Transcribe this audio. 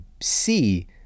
see